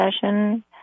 session